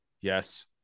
Yes